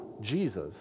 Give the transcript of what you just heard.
Jesus